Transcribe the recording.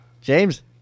James